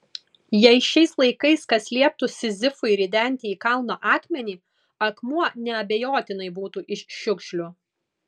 jei šiais laikais kas lieptų sizifui ridenti į kalną akmenį akmuo neabejotinai būtų iš šiukšlių